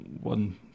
one